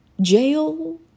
Jail